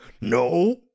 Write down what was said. No